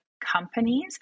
companies